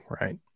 right